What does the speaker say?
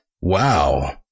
wow